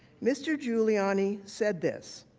mr. giuliani said this.